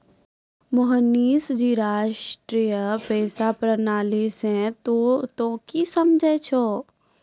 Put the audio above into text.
मोहनीश जी राष्ट्रीय पेंशन प्रणाली से तोंय की समझै छौं